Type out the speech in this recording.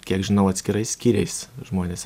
kiek žinau atskirais skyriais žmonės